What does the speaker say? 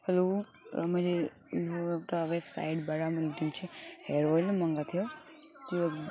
hello र मैले यो एउटा वेबसाइटबाट मैले जुन चाहिँ हेयर अइल नै मगाएको थियो त्यो